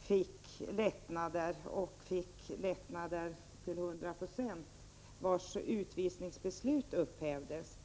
fick lättnader fick lättnad till 100 %, dvs. utvisningsbesluten upphävdes.